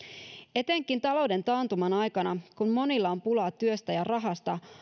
etenkin talouden taantuman aikana kun monilla on pulaa työstä ja rahasta